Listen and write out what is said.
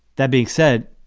that being said,